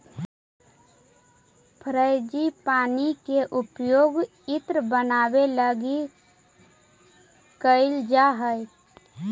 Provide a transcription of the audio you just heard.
frangipani के उपयोग इत्र बनावे लगी कैइल जा हई